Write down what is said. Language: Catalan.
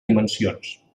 dimensions